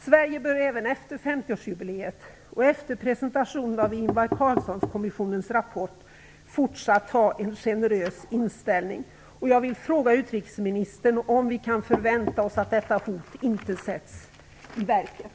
Sverige bör även efter 50-årsjubileet och efter presentationen av Ingvar Carlsson-kommissionens rapport ha en generös inställning. Jag vill fråga utrikesministern om vi kan förvänta oss att detta hot inte sätts i verket.